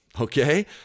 Okay